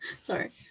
Sorry